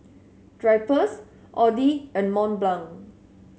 Drypers Audi and Mont Blanc